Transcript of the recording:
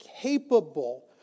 capable